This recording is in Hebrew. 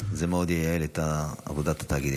זה מאוד ייעל את עבודת התאגידים.